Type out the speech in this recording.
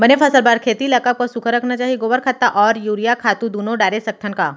बने फसल बर खेती ल कब कब सूखा रखना चाही, गोबर खत्ता और यूरिया खातू दूनो डारे सकथन का?